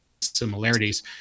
similarities